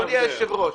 אדוני היושב-ראש,